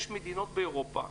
יש מדינות באירופה,